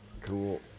Cool